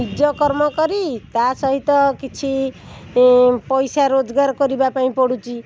ନିଜ କର୍ମ କରି ତା' ସହିତ କିଛି ପଇସା ରୋଜଗାର କରିବାପାଇଁ ପଡ଼ୁଛି